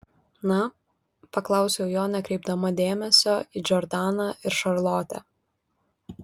na paklausiau jo nekreipdama dėmesio į džordaną ir šarlotę